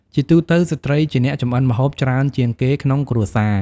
ជាទូទៅ ស្ត្រីជាអ្នកចម្អិនម្ហូបច្រើនជាងគេក្នុងគ្រួសារ។